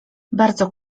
bardzo